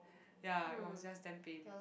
ya it was just damn pain